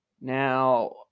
now